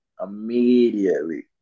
Immediately